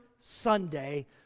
Sunday